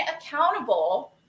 accountable